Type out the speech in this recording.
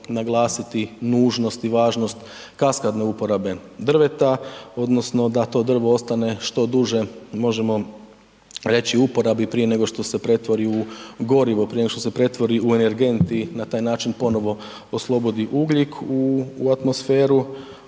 naglasiti nužnost i važnost kaskadne uporabe drveta odnosno da to drvo ostane što duže, možemo reći, u uporabi prije nego što se pretvori u gorivo, prije nego što se pretvori u energent i na taj način ponovo oslobodi ugljik u atmosferu,